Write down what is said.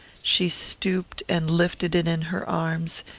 she stooped and lifted it in her arms,